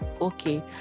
okay